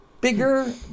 bigger